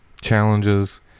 challenges